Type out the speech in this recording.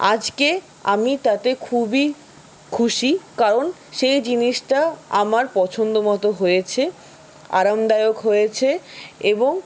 আজকে আমি তাতে খুবই খুশি কারণ সেই জিনিসটা আমার পছন্দ মতো হয়েছে আরামদায়ক হয়েছে এবং